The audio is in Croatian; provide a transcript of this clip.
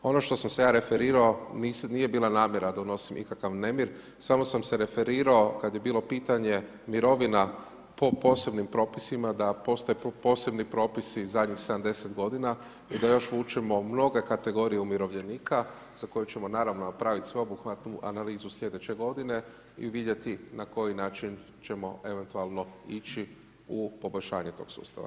Ono što sam se ja referirao, nije bila namjera da donosim ikakav nemir, samo sam se referirao, kada je bilo pitanje mirovina po posebnim propisima, da postoje tu posebni propisi zadnjih 70 g. i da još učimo mnoge kategorije umirovljenika za koje ćemo naravno napraviti sveobuhvatnu analizu slj. g. i vidjeti na koji način ćemo eventualno ići u poboljšanje tog sustava.